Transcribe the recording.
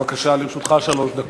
בבקשה, לרשותך שלוש דקות.